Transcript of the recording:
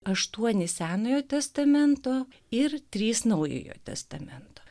aštuonis senojo testamento ir trys naujojo testamento